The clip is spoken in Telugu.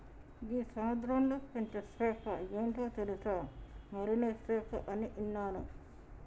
గీ సముద్రంలో పెంచే సేప ఏంటో తెలుసా, మరినే సేప అని ఇన్నాను